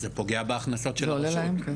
זה פוגע בהכנסות של הרשות.